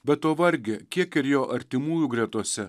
bet o varge kiek ir jo artimųjų gretose